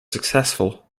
successful